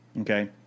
okay